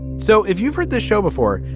so if you've heard this show before,